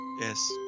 Yes